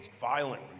violent